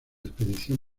expedición